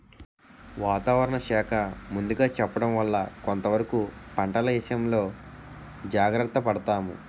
వాతావరణ శాఖ ముందుగా చెప్పడం వల్ల కొంతవరకు పంటల ఇసయంలో జాగర్త పడతాము